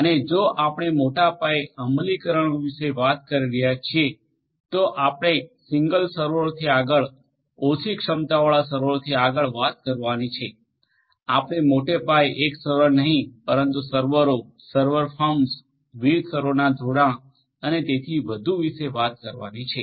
અને જો આપણે મોટા પાયે અમલીકરણો વિશે વાત કરી રહ્યા છીએ તો આપણે સિંગલ સર્વરોથી આગળ ઓછી ક્ષમતાવાળા સર્વરોથી આગળ વાત કરવાની છે આપણે મોટા પાયે એક સર્વર નહીં પરંતુ સર્વરો સર્વર ફર્મ્સ વિવિધ સર્વરોના જોડાણ અને તેથી વધુ વિશે વાત કરવાની છે